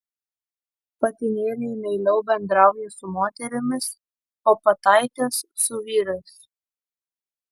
patinėliai meiliau bendrauja su moterimis o pataitės su vyrais